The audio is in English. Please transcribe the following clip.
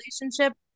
relationship